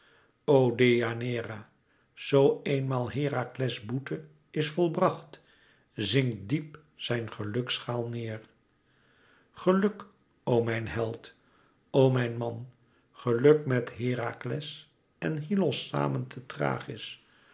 o deianeira zoo eenmaal herakles boete is volbracht zinkt diep zijn gelukschaal neêr geluk o mijn held o mijn man geluk met herakles en hyllos samen te thrachis